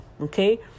Okay